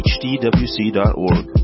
hdwc.org